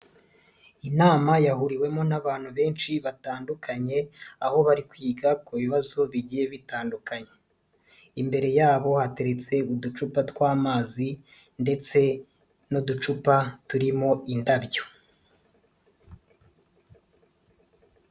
Inama yahuriwemo n'abantu benshi batandukanye, aho bari kwiga ku bibazo bigiye bitandukanye, imbere yabo hateretse uducupa tw'amazi ndetse n'uducupa turimo indabyo.